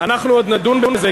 אנחנו עוד נדון בזה,